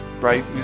right